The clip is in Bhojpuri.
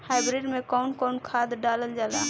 हाईब्रिड में कउन कउन खाद डालल जाला?